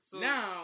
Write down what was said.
Now